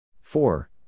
Four